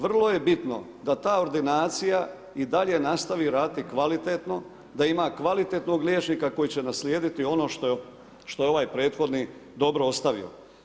Vrlo je bitno da ta ordinacija da i dalje nastavi raditi kvalitetno, da ima kvalitetnog liječnika koji će naslijediti oni što je ovaj prethodni dobro ostavio.